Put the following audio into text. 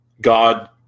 God